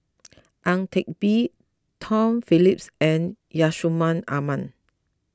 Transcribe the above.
Ang Teck Bee Tom Phillips and Yusman Aman